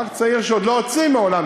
נהג צעיר שמעולם לא הוציא רישיון,